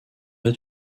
rez